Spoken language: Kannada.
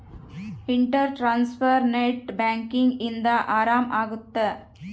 ಇಂಟರ್ ಟ್ರಾನ್ಸ್ಫರ್ ನೆಟ್ ಬ್ಯಾಂಕಿಂಗ್ ಇಂದ ಆರಾಮ ಅಗುತ್ತ